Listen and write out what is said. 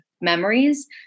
memories